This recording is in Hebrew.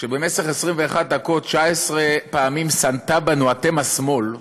שבמשך 21 דקות, 19 פעמים סנטה בנו "אתם השמאל"